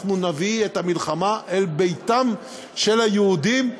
אנחנו נביא את המלחמה אל ביתם של היהודים.